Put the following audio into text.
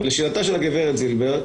לשאלתה של הגברת זילבר,